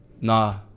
nah